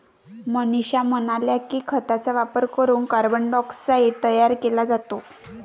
मनीषा म्हणाल्या की, खतांचा वापर करून कार्बन डायऑक्साईड तयार केला जातो